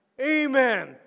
Amen